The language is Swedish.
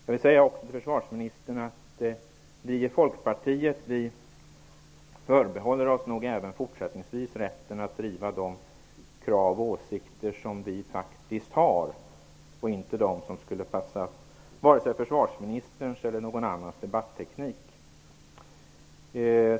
Jag vill säga till försvarsministern att vi i Folkpartiet nog även fortsättningsvis förbehåller oss rätten att driva de krav och åsikter som vi faktiskt har, och inte de som skulle passa försvarsministerns eller någon annans debatteknik.